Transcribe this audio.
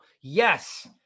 yes